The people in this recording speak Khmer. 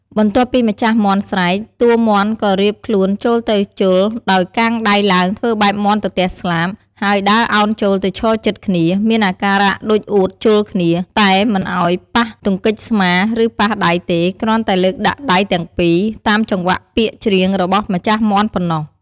បន្ទាប់ពីម្ចាស់មាន់ស្រែក តួមាន់ក៏រៀបខ្លួនចូលទៅជល់ដោយកាងដៃឡើងធ្វើបែបមាន់ទទះស្លាប ហើយដើរឱនចូលទៅឈរជិតគ្នា មានអាការៈដូចអួតជល់គ្នា តែមិនឱ្យប៉ះទង្គិចស្មា ឬប៉ះដៃទេ គ្រាន់តែលើកដាក់ដៃទាំងពីរ តាមចង្វាក់ពាក្យច្រៀងរបស់ម្ចាស់មាន់ប៉ុណ្ណោះ។